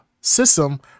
system